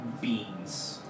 beans